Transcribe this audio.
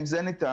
אם זה ניתן.